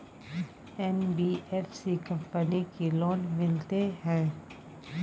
NBFC company की loan मिलते है?